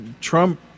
Trump